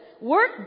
work